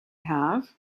have